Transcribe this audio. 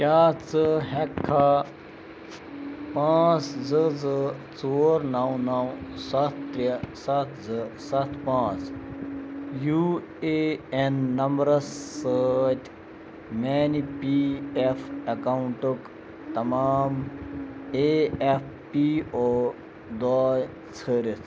کیٛاہ ژٕ ہٮ۪ککھا پانٛژھ زٕ زٕ ژور نَو نَو سَتھ ترٛےٚ سَتھ زٕ سَتھ پانٛژھ یوٗ اے این نمبَرَس سۭتۍ میانہِ پی ایف ایکاوُنٛٹُک تمام اے ایف پی او دوے ژھٲرِتھ